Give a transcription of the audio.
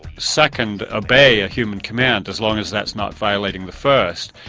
second obey a human command as long as that's not violating the first.